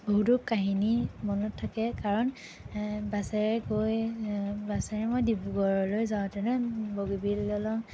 বহুতো কাহিনী মনত থাকে কাৰণ এ বাছেৰে গৈ বাছেৰে মই ডিব্ৰুগড়লৈ যাওঁতেনে বগীবিল দলং